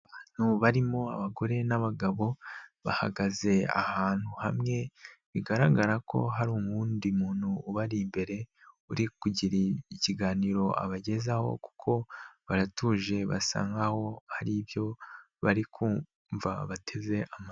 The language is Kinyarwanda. Abantu barimo abagore n'abagabo bahagaze ahantu hamwe bigaragara ko hari uwundi muntu ubari imbere uri kugira ikiganiro abagezaho kuko baratuje basa nkaho hari ibyo bari kumva bateze amatwi.